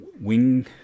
wing